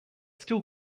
still